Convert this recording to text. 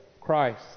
Christ